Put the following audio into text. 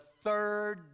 third